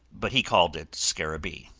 but he called it scarabee.